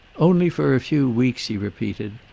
only for a few weeks, he repeated.